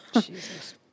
Jesus